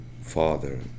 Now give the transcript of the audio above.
father